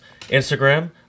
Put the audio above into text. Instagram